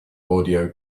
audio